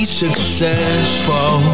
successful